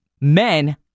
men